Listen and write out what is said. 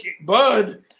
Bud